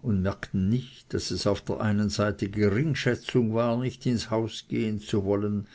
und merkten nicht daß es auf der einen seite geringschätzung war nicht ins haus gehen zu wollen